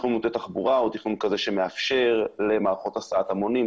תכנון מוטה תחבורה הוא תכנון כזה שמאפשר למערכות הסעת המונים,